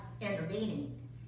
intervening